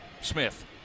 Smith